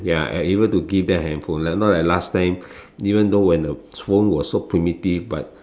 ya and able to give them a handphone not like last time even though when the phone was so primitive but